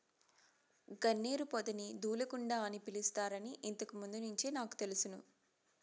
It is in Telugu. గన్నేరు పొదని దూలగుండ అని పిలుస్తారని ఇంతకు ముందు నుంచే నాకు తెలుసును